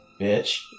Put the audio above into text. Bitch